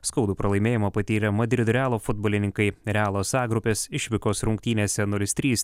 skaudų pralaimėjimą patyrė madrido realo futbolininkai realos a grupės išvykos rungtynėse nulis trys